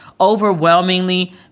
Overwhelmingly